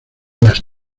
las